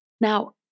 Now